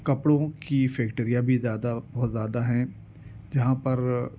کپڑوں کی فیکٹریاں بھی زیادہ بہت زیادہ ہیں جہاں پر